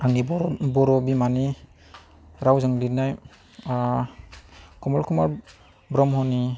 आंनि बर' बिमानि रावजों लिरनाय कमल कुमार ब्रह्मनि